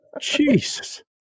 Jesus